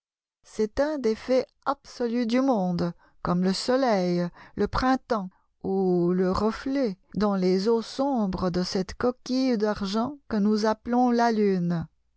c'est un des faits absolus du monde comme le soleil le printemps ou le reflet dans les eaux sombres de cette coquille d'argent que nous appelons la lune